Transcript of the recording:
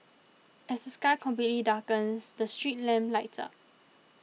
as the sky completely darkens the street lamp lights up